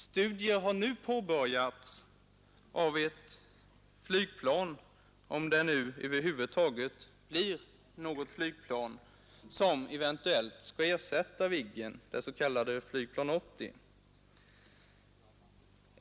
Studier har nu påbörjats på ett flygplan — om det över huvud taget blir något flygplan — som eventuellt skall ersätta Viggen, det s.k. Flygplan 80.